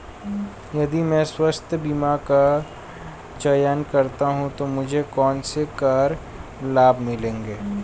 यदि मैं स्वास्थ्य बीमा का चयन करता हूँ तो मुझे कौन से कर लाभ मिलेंगे?